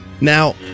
Now